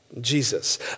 Jesus